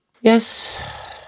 Yes